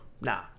Nah